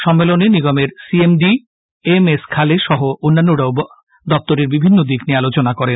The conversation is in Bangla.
সম্মেলনে নিগমের C M D M S খালে সহ অন্যান্যরাও দপ্তরের বিভিন্ন দিক নিয়ে আলোচনা করেন